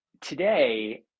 today